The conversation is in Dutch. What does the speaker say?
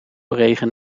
regen